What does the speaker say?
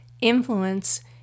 influence